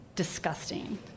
disgusting